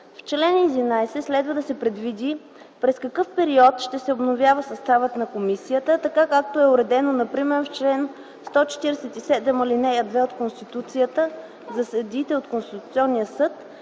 в чл. 11 следва да се предвиди през какъв период ще се обновява съставът на комисията, така както е уредено например в чл. 147, ал. 2 от Конституцията за съдиите от Конституционния съд